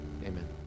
amen